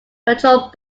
controlled